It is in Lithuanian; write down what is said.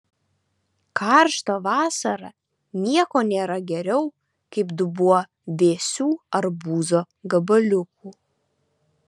karštą vasarą nieko nėra geriau kaip dubuo vėsių arbūzo gabaliukų